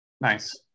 Nice